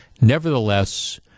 Nevertheless